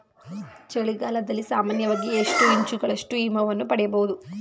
ಚಳಿಗಾಲದಲ್ಲಿ ಸಾಮಾನ್ಯವಾಗಿ ಎಷ್ಟು ಇಂಚುಗಳಷ್ಟು ಹಿಮವನ್ನು ಪಡೆಯಬಹುದು?